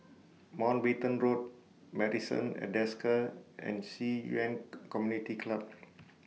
Mountbatten Road Marrison At Desker and Ci Yuan Con Community Club